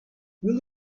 will